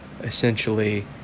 essentially